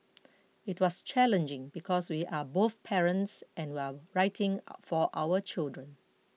it was challenging because we are both parents and we're writing for our own children